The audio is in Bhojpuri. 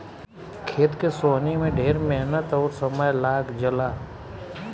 खेत के सोहनी में ढेर मेहनत अउर समय लाग जला